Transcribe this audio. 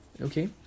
okay